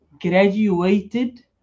graduated